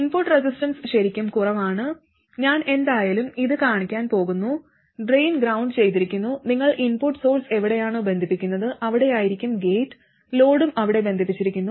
input resistance ശരിക്കും കുറവാണ് ഞാൻ എന്തായാലും ഇത് കാണിക്കാൻ പോകുന്നു ഡ്രെയിൻ ഗ്രൌണ്ട് ചെയ്തിരിക്കുന്നു നിങ്ങൾ ഇൻപുട്ട് സോഴ്സ് എവിടെയാണോ ബന്ധിപ്പിക്കുന്നത് അവിടെ ആയിരിക്കും ഗേറ്റ് ലോഡും അവിടെ ബന്ധിപ്പിച്ചിരിക്കുന്നു